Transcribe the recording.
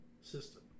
system